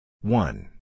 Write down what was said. One